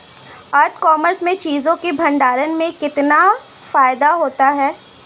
ई commerce में चीज़ों के भंडारण में कितना फायदा होता है?